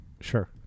Sure